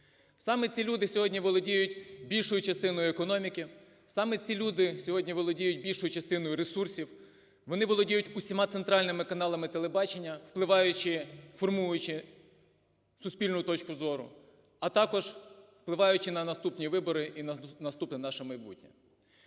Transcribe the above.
Саме ці люди сьогодні володіють більшою частиною економіки. Саме ці люди сьогодні володіють більшою частиною ресурсів. Вони володіють всіма центральними каналами телебачення, впливаючи, формуючи суспільну точку зору, а також впливаючи на наступні вибори і наступне наше майбутнє.